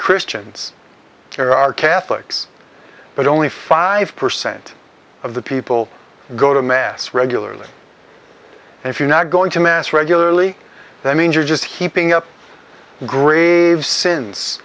christians there are catholics but only five percent of the people go to mass regularly if you're not going to mass regularly that means you're just heaping up grave sin